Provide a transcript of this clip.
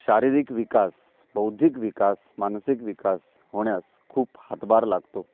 शारीरिक विकास बौद्धिक विकास मानसिक विकास होण्यास खूप हातभार लागतो